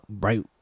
right